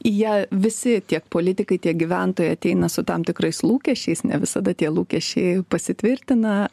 į ją visi tiek politikai tiek gyventojai ateina su tam tikrais lūkesčiais ne visada tie lūkesčiai pasitvirtina